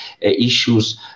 issues